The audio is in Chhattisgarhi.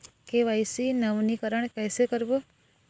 के.वाई.सी नवीनीकरण कैसे करबो?